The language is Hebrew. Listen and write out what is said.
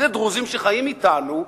אלה דרוזים שחיים אתנו,